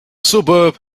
suburb